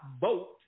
vote